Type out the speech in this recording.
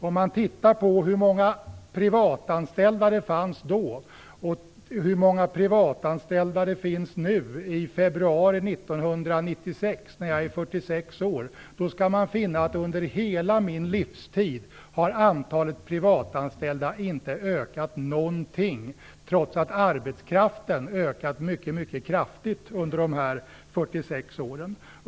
Om man tittar på hur många privatanställda det fanns då och hur många privatanställda det finns nu i februari 1996, när jag är 46 år, skall man finna att under hela min livstid har antalet privatanställda inte ökat någonting trots att arbetskraften ökat mycket kraftigt under dessa 46 år.